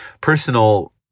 personal